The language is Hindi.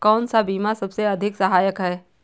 कौन सा बीमा सबसे अधिक सहायक है?